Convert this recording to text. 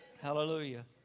Hallelujah